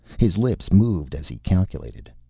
his lips moved as he calculated.